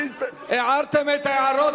הערתם את ההערות,